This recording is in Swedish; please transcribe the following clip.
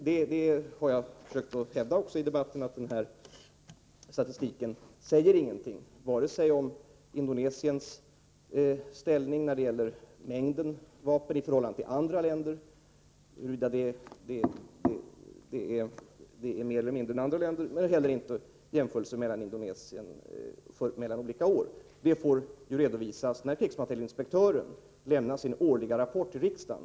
Jag har som sagt försökt hävda i debatten att den här statistiken inte säger någonting vare sig om den mängd vapen som går till Indonesien i förhållande till den som går till andra länder eller om den mängd som går till Indonesien vid en jämförelse mellan olika år. Uppgifterna om detta får redovisas när krigsmaterielinspektören lämnar sin årliga rapport till riksdagen.